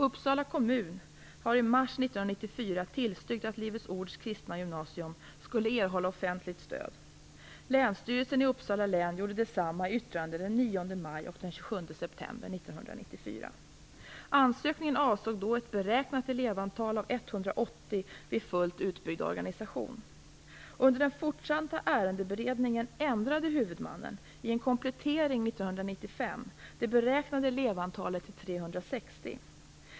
Uppsala kommun tillstyrkte i mars 1994 att Livets Ords Kristna Gymnasium skulle erhålla offentligt stöd. Länsstyrelsen i Uppsala län gjorde detsamma i yttranden den 9 maj och den 27 september 1994. Ansökningen avsåg då ett beräknat elevantal av 180 vid fullt utbyggd organisation. Under den fortsatta ärendeberedningen ändrade huvudmannen - i en komplettering 1995 - det beräknade elevantalet till 360.